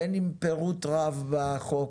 בין אם פירוט רב בחוק